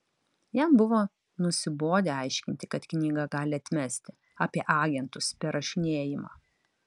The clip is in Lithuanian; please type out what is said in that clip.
jam buvo nusibodę aiškinti kad knygą gali atmesti apie agentus perrašinėjimą